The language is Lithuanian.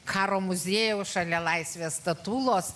karo muziejaus šalia laisvės statulos